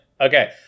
okay